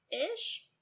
Ish